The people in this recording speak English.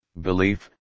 belief